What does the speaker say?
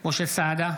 משה סעדה,